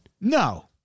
No